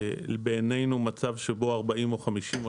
בעינינו מצב שבו 40 או 50,